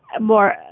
more